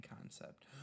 concept